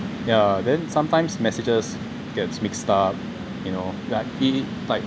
ya then sometimes messages gets mixed up you know ya like